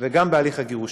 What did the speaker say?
וגם בהליך הגירושים.